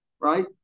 right